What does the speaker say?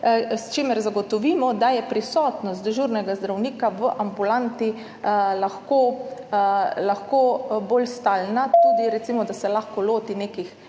s čimer zagotovimo, da je prisotnost dežurnega zdravnika v ambulanti lahko bolj stalna, da se lahko recimo tudi loti nekih